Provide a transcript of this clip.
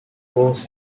was